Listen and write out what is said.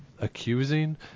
accusing